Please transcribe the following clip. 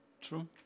true